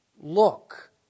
look